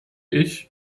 ich